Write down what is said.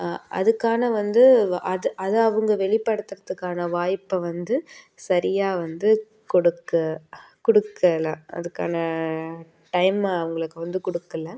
அதுக்கான வந்து அதை அதை அவங்க வெளிப்படுத்துறதுக்கான வாய்ப்பை வந்து சரியாக வந்து கொடுக்கலை கொடுக்கல அதுக்கான டைமை அவங்களுக்கு வந்து கொடுக்கல